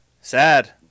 sad